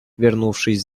вернувшись